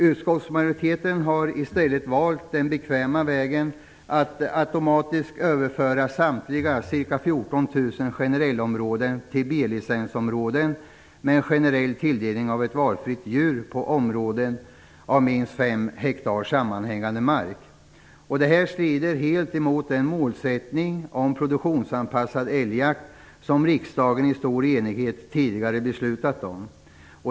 Utskottsmajoriteten har i stället valt den bekväma vägen att automatiskt överföra samtliga ca 14 000 Detta strider helt mot den målsättning för produktionsanpassad älgjakt som riksdagen tidigare i stor enighet beslutat om.